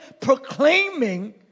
proclaiming